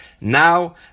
Now